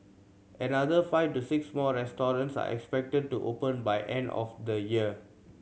another five to six more restaurants are expected to open by end of the year